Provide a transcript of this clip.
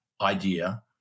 idea